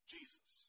Jesus